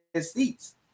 seats